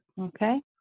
Okay